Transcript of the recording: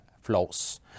flows